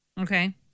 Okay